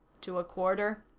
to a quarter,